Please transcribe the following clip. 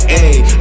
ayy